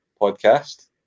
podcast